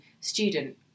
student